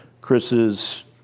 Chris's